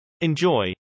Enjoy